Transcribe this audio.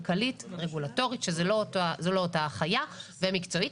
כלכלית, רגולטורית - שזה לא אותה החיה, ומקצועית.